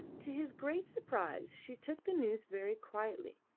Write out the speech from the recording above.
to his great surprise she took the news very quietly,